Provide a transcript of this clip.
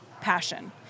passion